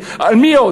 על מי עוד?